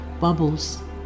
bubbles